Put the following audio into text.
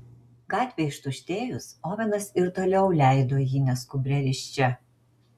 gatvei ištuštėjus ovenas ir toliau leido jį neskubria risčia